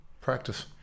Practice